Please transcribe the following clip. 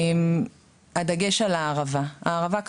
הדגש על הערבה הערבה,